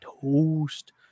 toast